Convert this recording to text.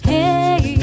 Hey